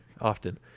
Often